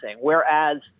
Whereas